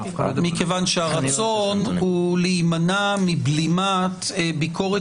דווקא הרצון הוא להימנע מבלימת ביקורת